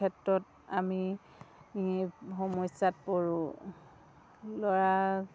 ক্ষেত্ৰত আমি সমস্যাত পৰোঁ ল'ৰা